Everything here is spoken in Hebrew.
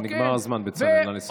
כן -- נגמר הזמן, נא לסיים.